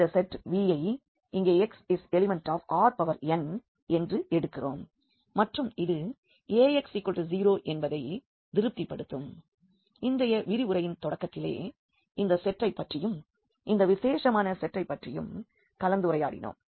இந்த set V ஐ இங்கே x∈Rn என்று எடுக்கிறோம் மற்றும் இது Ax0 என்பதை திருப்திபடுத்தும் இன்றைய விரிவுரையின் தொடக்கத்திலே இந்த செட்டை பற்றியும் இந்த விசேஷமான செட்டை பற்றியும் கலந்துரையாடினோம்